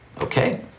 okay